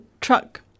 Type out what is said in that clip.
truck